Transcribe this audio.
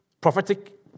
prophetic